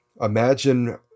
Imagine